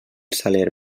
saler